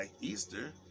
Easter